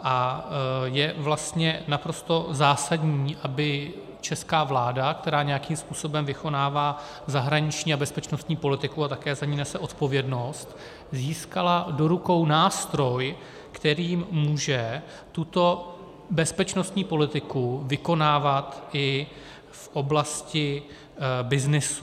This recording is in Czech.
A je vlastně naprosto zásadní, aby česká vláda, která nějakým způsobem vykonává zahraniční a bezpečnostní politiku a také za ni nese odpovědnost, získala do rukou nástroj, kterým může tuto bezpečnostní politiku vykonávat i v oblasti byznysu.